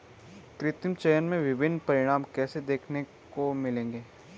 कृत्रिम चयन के विभिन्न परिणाम कैसे देखने को मिलेंगे?